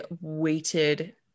weighted